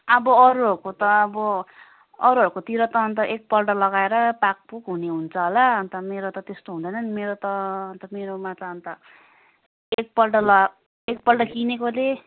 अब अरूहरूको त अब अरूहरूकोतिर त एकपल्ट लगाएर पाकपुक हुने हुन्छ होला अन्त मेरो त त्यस्तो हुँदैन नि मेरो त अन्त मेरोमा त अन्त एकपल्ट लगा एकपल्ट किनेकोले